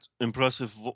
impressive